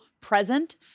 present